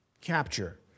capture